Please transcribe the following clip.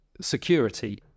security